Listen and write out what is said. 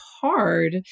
hard